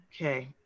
okay